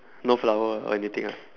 no flower or anything ah